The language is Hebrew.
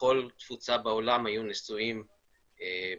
בכל תפוצה בעולם היו נישואים במשפחה,